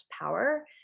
power